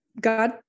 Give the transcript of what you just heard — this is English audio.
God